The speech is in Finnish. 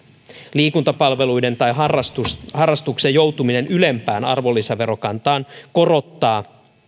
liikuntapalveluiden tai harrastuksen joutuminen ylempään arvonlisäverokantaan korottaa